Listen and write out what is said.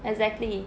exactly